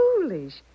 foolish